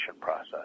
process